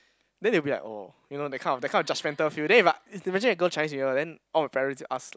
then they'll be like oh you know that kind of that kind of judgemental feel then if I imagine if I go Chinese New Year then all my parents ask